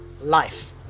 life